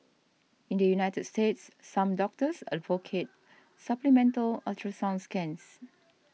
in the United States some doctors advocate supplemental ultrasound scans